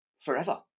forever